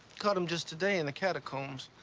caught him just today in the catacombs.